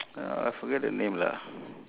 uh I forget the name lah